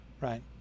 right